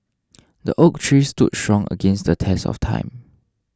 the oak trees stood strong against the test of time